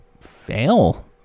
fail